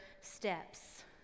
steps